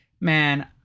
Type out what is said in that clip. Man